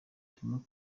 turimo